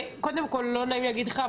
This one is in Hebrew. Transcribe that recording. קודם כל לא נעים לי להגיד לך,